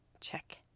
check